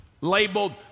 labeled